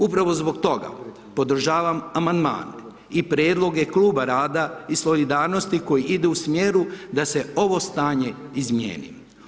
Upravo zbog toga, podržavam amandman i prijedloge Kluba Rada i solidarnosti, koji ide u smjeru da se ovo stanje izmijeni.